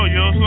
yo